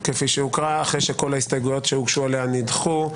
אחרי שכל ההסתייגויות שהוגשו עליו נדחו.